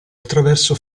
attraverso